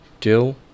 dill